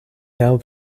del